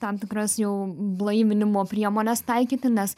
tam tikras jau blaivinimo priemones taikyti nes